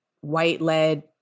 white-led